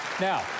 Now